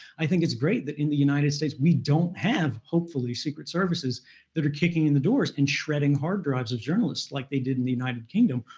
i think it's great that in the united states, we don't have, hopefully, secret services that are kicking in the doors and shredding hard drives of journalists, like they did in the united kingdom,